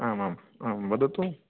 आम् आम् आं वदतु